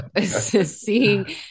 seeing